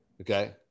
Okay